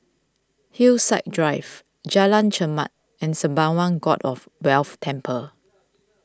Hillside Drive Jalan Chermat and Sembawang God of Wealth Temple